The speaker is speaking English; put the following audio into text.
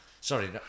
sorry